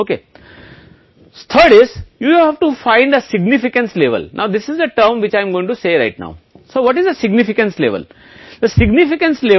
एक महत्व स्तर मूल रूप से अशक्त परिकल्पना को खारिज करने का एक स्तर है हम इसे α या महत्व भी कहते हैं क्योंकि यह α अस्वीकृति के मूल्य की राशि है